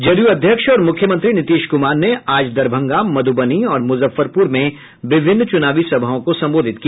जदयू अध्यक्ष और मुख्यमंत्री नीतीश कुमार ने आज दरभंगा मध्रबनी और मुजफ्फरपुर में विभिन्न चुनावी सभाओं को संबोधित किया